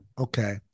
Okay